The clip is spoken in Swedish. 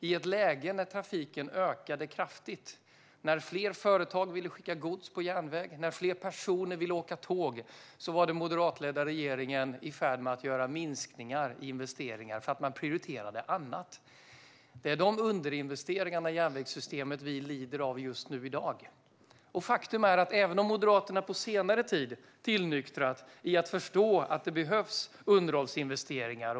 I ett läge när trafiken ökade kraftigt, fler företag ville skicka gods på järnväg och fler personer ville åka tåg var den moderatledda regeringen i färd med att göra minskningar i investeringarna för att man prioriterade annat. Det är de underinvesteringarna i järnvägssystemet vi lider av i dag. Visserligen har Moderaterna på senare tid tillnyktrat och förstått att det behövs underhållsinvesteringar.